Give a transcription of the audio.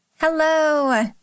hello